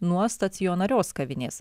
nuo stacionarios kavinės